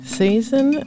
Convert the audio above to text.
season